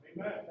Amen